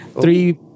three